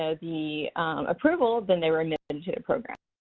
ah the approval, then they were admitted to the program.